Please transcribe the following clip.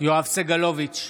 יואב סגלוביץ'